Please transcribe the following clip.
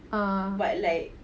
ah